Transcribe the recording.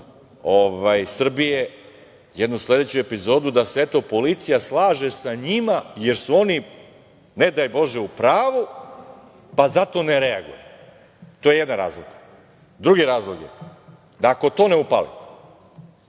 Srbije jednu sledeću epizodu, da se eto policija slaže sa njima, jer su oni ne daj bože u pravu, pa zato ne reaguje. To je jedan razlog. Drugi razlog je da ako to ne upali,